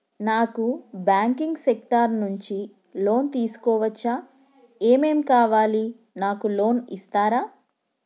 నాకు banking sector నుంచి loan తీసుకోవచ్చా? ఏమేం కావాలి? నాకు లోన్ ఇస్తారా?